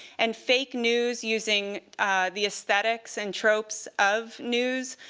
and fake news using the aesthetics and tropes of news,